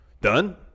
done